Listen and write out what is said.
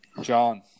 John